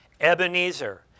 Ebenezer